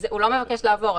הוא לא מבקש לעבור.